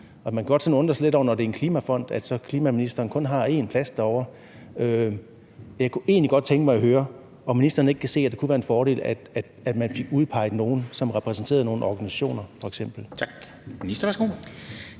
Man kan godt undre sig lidt over, at klimaministeren, når det er en klimafond, kun har en plads derovre. Jeg kunne egentlig godt tænke mig at høre, om ministeren ikke kan se, at det kunne være en fordel, at man fik udpeget nogle, som f.eks. repræsenterede nogle organisationer.